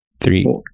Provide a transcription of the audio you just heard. Three